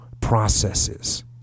processes